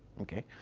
okay.